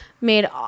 made